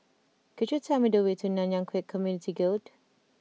could you tell me the way to Nanyang Khek Community Guild